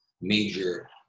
major